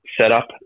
setup